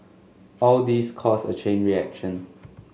all these cause a chain reaction